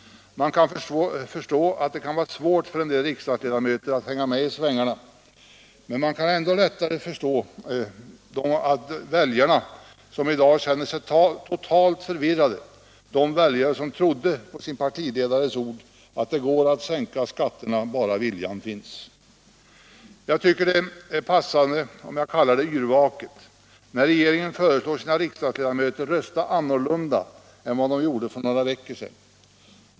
Man kan förstå att det kan vara svårt för en del riksdagsledamöter att hänga med i svängarna, men man kan ännu lättare förstå de väljare som i dag känner sig totalt förvirrade, nämligen de som trodde på partiledarnas ord att det går att sänka skatterna bara viljan finns. Jag tycker att det är passande om jag kallar det yrvaket när regeringen föreslår sina riksdagsledamöter att rösta annorlunda än vad de gjorde för några veckor sedan.